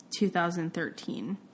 2013